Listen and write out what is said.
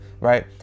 right